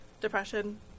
depression